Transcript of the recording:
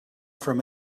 from